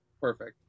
perfect